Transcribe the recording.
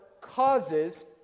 causes